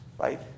right